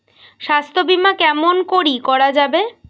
স্বাস্থ্য বিমা কেমন করি করা যাবে?